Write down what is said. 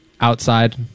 outside